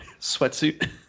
sweatsuit